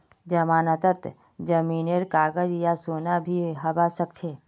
जमानतत जमीनेर कागज या सोना भी हबा सकछे